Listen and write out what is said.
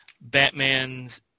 Batman's